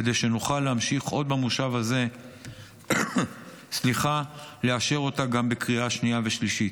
כדי שנוכל להמשיך עוד במושב הזה ולאשר אותה גם בקריאה שניה ושלישית.